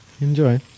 Enjoy